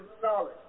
solid